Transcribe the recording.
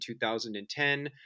2010